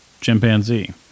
chimpanzee